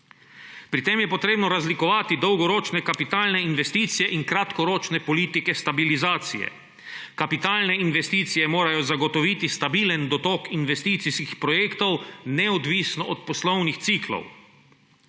Pri tem je potrebno razlikovati dolgoročne kapitalne investicije in kratkoročne politike stabilizacije. Kapitalne investicije morajo zagotoviti stabilen dotok investicijskih projektov neodvisno od poslovnih ciklov,